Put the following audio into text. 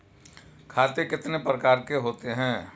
खाते कितने प्रकार के होते हैं?